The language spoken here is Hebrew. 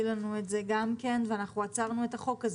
לנו את זה ואנחנו עצרנו את החוק הזה.